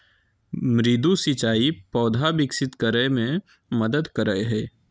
मृदु सिंचाई पौधा विकसित करय मे मदद करय हइ